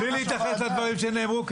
בלי להתייחס לדברים שנאמרו,